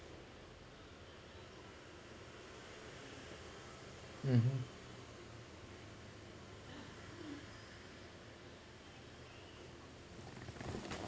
(uh huh)